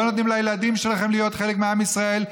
לא נותנים לילדים שלכם להיות חלק מעם ישראל,